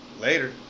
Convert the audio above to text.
later